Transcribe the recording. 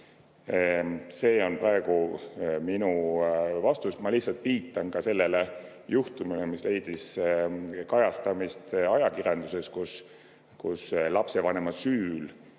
See on praegu minu vastus. Ma viitan ka sellele juhtumile, mis leidis kajastamist ajakirjanduses, kus lapsevanema süül